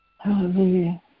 Hallelujah